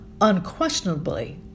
Unquestionably